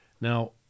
now